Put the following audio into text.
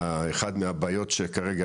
אחד מהבעיות שכרגע,